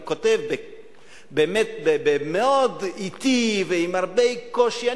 אני כותב באמת מאוד אטי ועם הרבה קושי.